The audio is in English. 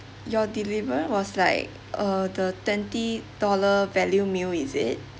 your deliver was like uh the twenty dollar value meal is it